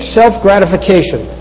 self-gratification